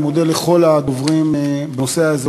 אני מודה לכל הדוברים בנושא הזה.